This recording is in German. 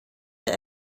der